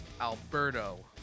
Alberto